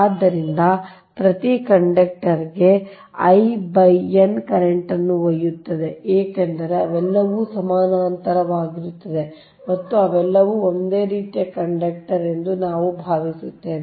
ಆದ್ದರಿಂದ ಪ್ರತಿ conductor I n ಕರೆಂಟ್ನ್ನು ಒಯ್ಯುತ್ತದೆ ಏಕೆಂದರೆ ಅವೆಲ್ಲವೂ ಸಮಾನಾಂತರವಾಗಿರುತ್ತವೆ ಮತ್ತು ಅವೆಲ್ಲವೂ ಒಂದೇ ರೀತಿಯ ಕಂಡಕ್ಟರ್ ಎಂದು ನಾವು ಭಾವಿಸುತ್ತೇವೆ